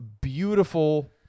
beautiful